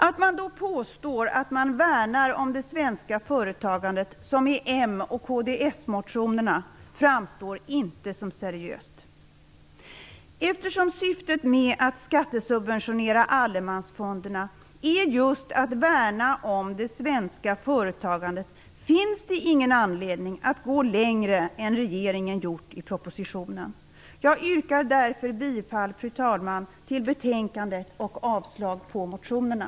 Att man då, som i m och kds-motionerna, påstår att man värnar om det svenska företagandet framstår inte som seriöst. Eftersom syftet med att skattesubventionera allemansfonderna är just att värna om det svenska företagandet, finns det ingen anledning att gå längre än regeringen gjort i propositionen. Jag yrkar därför, fru talman, bifall till utskottets hemställan och avslag på motionerna.